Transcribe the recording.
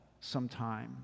sometime